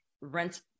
rent